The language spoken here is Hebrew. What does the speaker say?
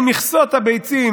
אם מכסות הביצים